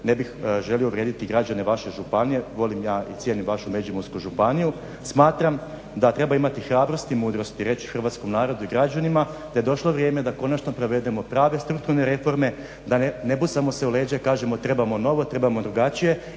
ne bih želio uvrijediti građane vaše županije, volim ja i cijenim vašu Međimursku županiju, smatram da treba imati hrabrosti i mudrosti reći hrvatskom narodu i građanima da je došlo vrijeme da konačno provedemo prave strukturne reforme, da ne busamo se u leđa i kažemo trebamo novo, trebamo drugačije,